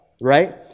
right